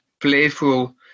playful